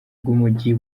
bw’umujyi